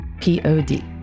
P-O-D